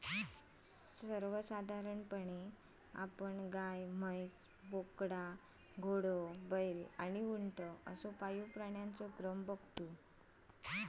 सर्वसाधारणपणे आपण गाय, म्हस, बोकडा, घोडो, बैल आणि उंट असो पाळीव प्राण्यांचो क्रम बगतो